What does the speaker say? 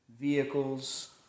vehicles